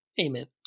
Amen